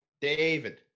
David